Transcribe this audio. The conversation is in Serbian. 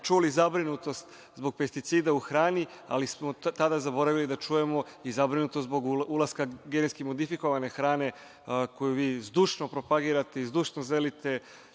čuli zabrinutost zbog pesticida u hrani, ali smo tada zaboravili da čujemo i zabrinutost zbog ulaska genetski modifikovane hrane, koju vi zdušno propagirate i zdušno želite